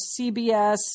CBS